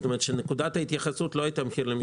כלומר, נקודת ההתייחסות לא היתה למחיר למשתכן.